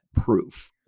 proof